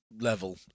level